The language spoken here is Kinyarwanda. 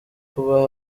kuba